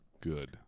good